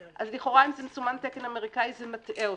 אז לכאורה אם מסומן תקן אמריקאי, זה מטעה אותו.